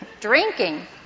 drinking